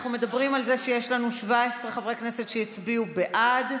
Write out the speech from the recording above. אנחנו מדברים על זה שיש לנו 17 חברי כנסת שהצביעו בעד,